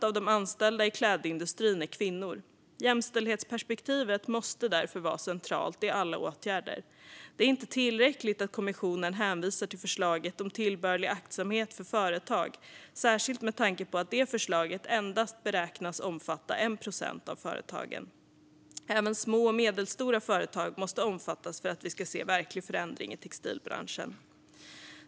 Av de anställda i klädindustrin är 75 procent kvinnor. Jämställdhetsperspektivet måste därför vara centralt i alla åtgärder. Det är inte tillräckligt att kommissionen hänvisar till förslaget om tillbörlig aktsamhet för företag, särskilt med tanke på att det förslaget endast beräknas omfatta 1 procent av företagen. Även små och medelstora företag måste omfattas för att vi ska få se verklig förändring i textilbranschen.